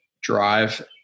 Drive